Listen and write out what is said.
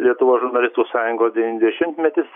lietuvos žurnalistų sąjungos devyniasdešimtmetis